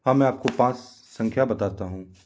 हाँ मैं आपको पाँच संख्या बताता हूँ